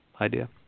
idea